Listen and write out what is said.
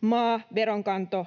maa-, veronkanto-